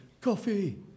coffee